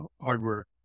hardware